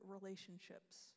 relationships